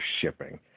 shipping